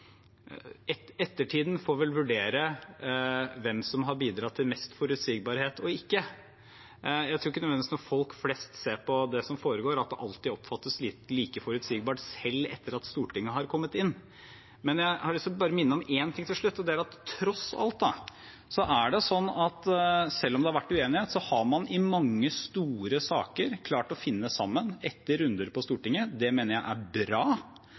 vurdere hvem som har bidratt til mest forutsigbarhet og ikke. Jeg tror ikke, når folk flest ser på det som foregår, at det alltid nødvendigvis oppfattes like forutsigbart, selv etter at Stortinget har kommet inn. Jeg har bare lyst til å minne om én ting til slutt, og det er at tross alt er det sånn at selv om det har vært uenighet, har man i mange store saker klart å finne sammen etter runder på Stortinget. Det mener jeg er bra,